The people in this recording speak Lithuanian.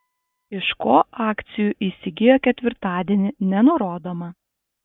iš ko akcijų įsigijo ketvirtadienį nenurodoma